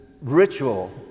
ritual